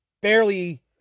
barely